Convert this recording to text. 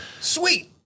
sweet